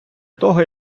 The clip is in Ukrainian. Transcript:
того